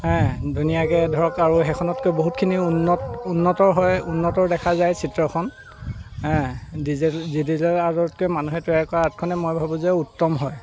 ধুনীয়াকৈ ধৰক আৰু সেইখনতকৈ বহুতখিনি উন্নত উন্নত হয় উন্নত দেখা যায় চিত্ৰখন ডিজেল ডিজিটেল আৰ্টতকৈ মানুহে তৈয়াৰ কৰা আৰ্টখনেই মই ভাবোঁ যে উত্তম হয়